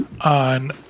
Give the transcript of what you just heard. on